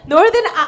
Northern